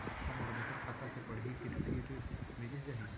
का मोला बचत खाता से पड़ही कृषि ऋण मिलिस जाही?